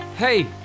Hey